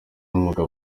b’umwuga